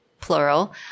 plural